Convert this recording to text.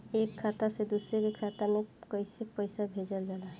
एक खाता से दुसरे खाता मे पैसा कैसे भेजल जाला?